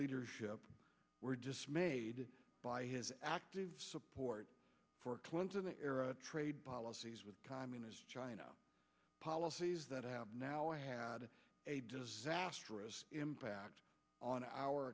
leadership were dismayed by his active support for clinton era trade policies with communist china policies that have now had a disastrous impact on our